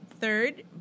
Third